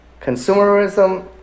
consumerism